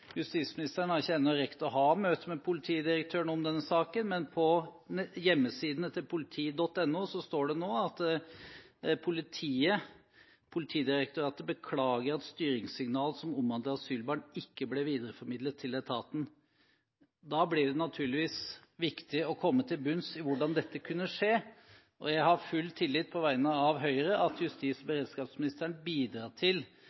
justisministeren ennå ikke har rukket å ha møte med politidirektøren om denne saken. Men på hjemmesidene til politiet, på politi.no, står det nå at Politidirektoratet beklager at styringssignal som omhandler asylbarn, ikke ble videreformidlet til etaten. Da blir det naturligvis viktig å komme til bunns i hvordan dette kunne skje. Jeg har på vegne av Høyre full tillit til at justis- og beredskapsministeren bidrar til